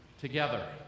together